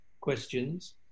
questions